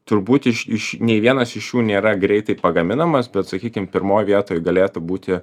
turbūt iš iš nei vienas iš jų nėra greitai pagaminamas bet sakykim pirmoj vietoj galėtų būti